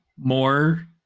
more